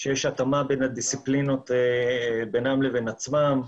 שיש התאמה בין דיסציפלינות בינן לבין עצמן.